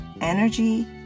energy